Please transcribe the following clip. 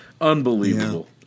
Unbelievable